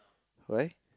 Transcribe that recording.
why